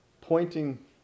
pointing